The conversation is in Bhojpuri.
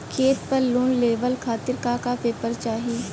खेत पर लोन लेवल खातिर का का पेपर चाही?